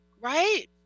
Right